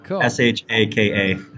s-h-a-k-a